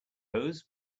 hose